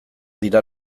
dira